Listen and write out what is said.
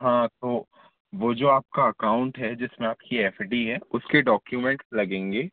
हाँ तो वो जो आपका अकाउंट है जिसमें आपकी एफ डी है उसके डॉक्यूमेंट्स लगेंगे